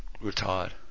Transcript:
retired